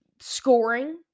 scoring